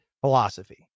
philosophy